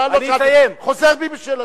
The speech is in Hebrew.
אני חוזר בי משאלתי.